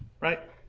right